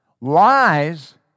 Lies